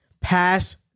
pass